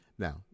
Now